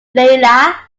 layla